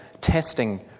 testing